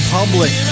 Public